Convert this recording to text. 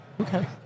Okay